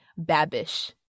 Babish